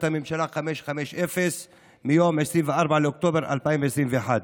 הממשלה 550 מיום 24 באוקטובר 2021,